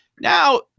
Now